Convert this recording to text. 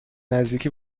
نزدیکی